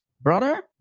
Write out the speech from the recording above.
brother